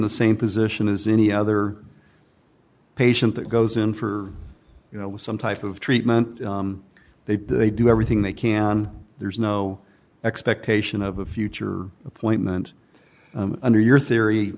the same position as any other patient that goes in for you know some type of treatment they do they do everything they can there's no expectation of a future appointment under your theory